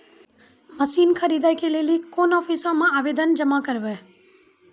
Machine खरीदै के लेली कोन आफिसों मे आवेदन जमा करवै?